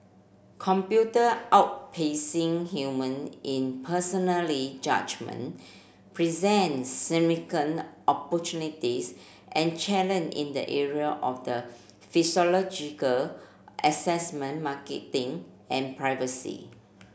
computer outpacing human in personally judgement presents opportunities and in the area of the assessment marketing and privacy